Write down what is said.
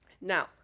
now